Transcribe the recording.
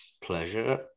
Pleasure